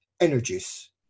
energies